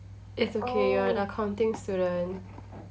it's okay you're an accounting student